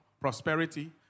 prosperity